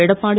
Edappadi